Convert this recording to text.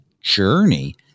journey